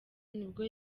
nibwo